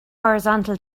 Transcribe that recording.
horizontal